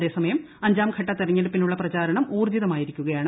അതേ സമയം അഞ്ചാംഘട്ട തെരഞ്ഞെടുപ്പിനുളള പ്രചരണം ഊർജ്ജിതമായിരിക്കുകയാണ്